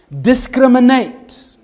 discriminate